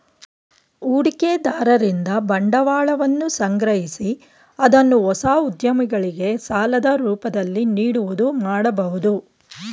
ಹೂಡಿಕೆದಾರರಿಂದ ಬಂಡವಾಳವನ್ನು ಸಂಗ್ರಹಿಸಿ ಅದನ್ನು ಹೊಸ ಉದ್ಯಮಗಳಿಗೆ ಸಾಲದ ರೂಪದಲ್ಲಿ ನೀಡುವುದು ಮಾಡಬಹುದು